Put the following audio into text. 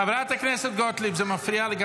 חברת הכנסת גוטליב, זה מפריע גם